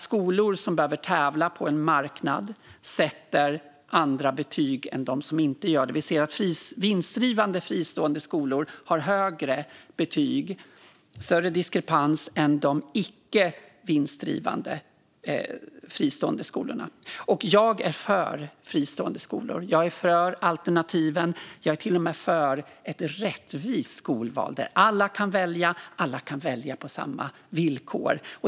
Skolor som behöver tävla på en marknad sätter andra betyg än de som inte gör det. Vi ser att vinstdrivande fristående skolor har högre betyg - större diskrepans - än de icke vinstdrivande fristående skolorna. Jag är för fristående skolor. Jag är för alternativen. Jag är till och med för ett rättvist skolval där alla kan välja och där alla kan välja på samma villkor.